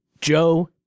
Joe